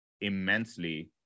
immensely